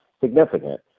significant